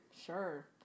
sure